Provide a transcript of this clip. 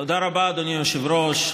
תודה רבה, אדוני היושב-ראש.